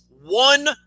one